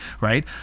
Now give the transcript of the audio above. right